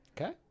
okay